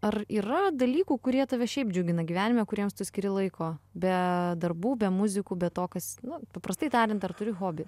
ar yra dalykų kurie tave šiaip džiugina gyvenime kuriems tu skiri laiko be darbų be muzikų be to kas na paprastai tariant ar turi hobį